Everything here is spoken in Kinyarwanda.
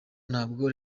ntabwo